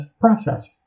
process